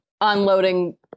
unloading